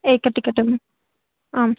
एक टीकेटम् आम्